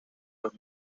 los